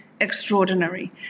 extraordinary